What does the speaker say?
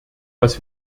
was